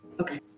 Okay